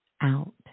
out